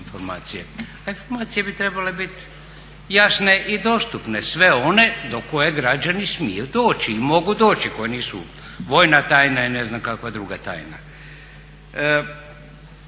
informacije, a informacije bi trebale bit jasne i dostupne, sve one do koje građani smiju doći i mogu doći, koje nisu vojna tajna i ne znam kakva druga tajna.